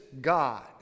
God